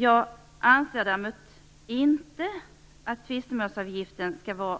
Jag anser däremot inte att tvistemålsavgiften skall vara